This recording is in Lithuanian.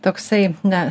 toksai na